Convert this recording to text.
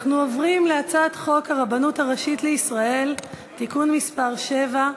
אנחנו עוברים להצעת חוק הרבנות הראשית לישראל (תיקון מס' 7)